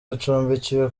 acumbikiwe